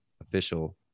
official